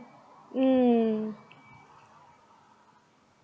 mm